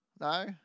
no